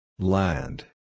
Land